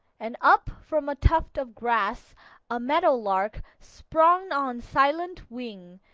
and up from a tuft of grass a meadow lark sprang on silent wing,